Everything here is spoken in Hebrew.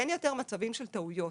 אין יותר מצבים של טעויות.